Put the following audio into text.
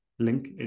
Link